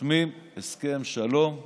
חותמים הסכם שלום היסטורי.